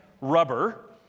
rubber